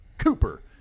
cooper